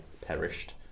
perished